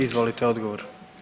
Izvolite odgovor.